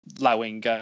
allowing